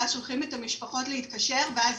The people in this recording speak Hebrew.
ואז